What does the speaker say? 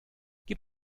gib